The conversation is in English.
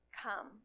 Come